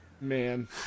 Man